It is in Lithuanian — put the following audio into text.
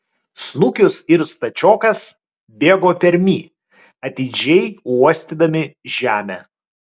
snukius ir stačiokas bėgo pirmi atidžiai uostydami žemę